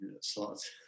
slots